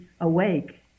awake